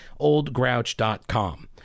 oldgrouch.com